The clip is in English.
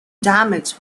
damage